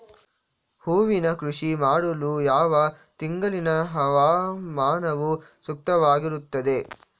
ಹೂವಿನ ಕೃಷಿ ಮಾಡಲು ಯಾವ ತಿಂಗಳಿನ ಹವಾಮಾನವು ಸೂಕ್ತವಾಗಿರುತ್ತದೆ?